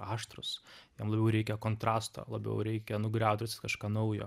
aštrūs jiem labiau reikia kontrasto labiau reikia nugriaut kažką naujo